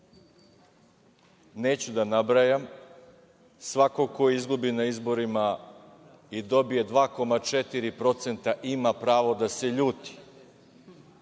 Neću da nabrajam. Svako ko izgubi na izborima i dobije 2,4% ima pravo da se ljuti.